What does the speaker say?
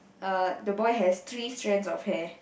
uh the boy has three strands of hair